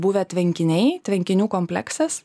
buvę tvenkiniai tvenkinių kompleksas